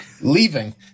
leaving